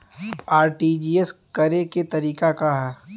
RTGS करे के तरीका का हैं?